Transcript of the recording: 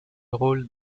rôle